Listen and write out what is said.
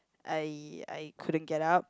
I I couldn't get up